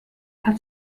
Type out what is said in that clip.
hat